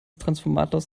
transformators